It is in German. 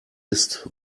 ist